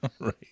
Right